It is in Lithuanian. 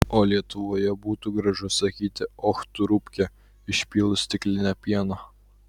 o lietuvoje būtų gražu sakyti och tu rupke išpylus stiklinę pieno